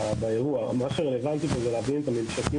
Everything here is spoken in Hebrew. מה שרלוונטי הוא להבין את הממשקים